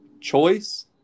choice